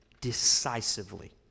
decisively